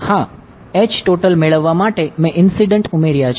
હા H total મેળવવા માટે મે ઇન્સિડંટ ઉમેર્યા છે